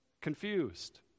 confused